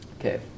Okay